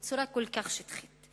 בצורה כל כך שטחית.